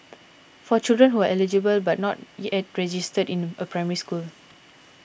for children who are eligible but not yet registered in a Primary School